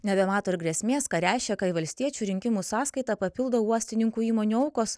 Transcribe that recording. nebemato ir grėsmės ką reiškia kai valstiečių rinkimų sąskaitą papildo uostininkų įmonių aukos